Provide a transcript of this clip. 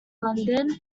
london